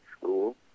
school